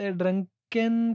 drunken